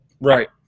Right